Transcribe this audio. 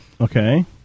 Okay